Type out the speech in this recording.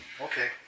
Okay